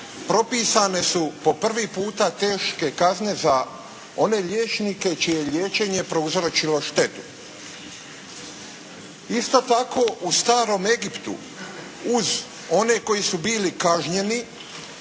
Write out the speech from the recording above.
propisane su po prvi puta teške kazne za one liječnike čije je liječenje prouzročilo štetu. Isto tako u Starom Egiptu, uz one koji su bili kažnjeni